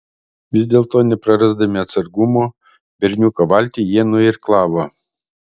vis dėlto neprarasdami atsargumo berniuko valtį jie nuirklavo